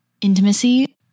intimacy